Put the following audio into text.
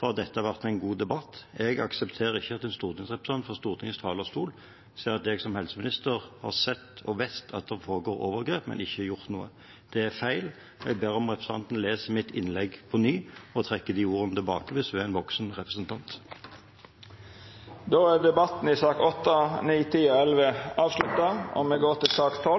fra at dette har vært en god debatt. Jeg aksepterer ikke at en stortingsrepresentant fra Stortingets talerstol sier at jeg som helseminister har sett og vet at det foregår overgrep, men ikke gjort noe. Det er feil. Jeg ber om at representanten leser mitt innlegg på nytt og trekker de ordene tilbake, hvis hun er en voksen representant. Dermed er debatten i sakene nr. 8, 9, 10 og 11 avslutta. Etter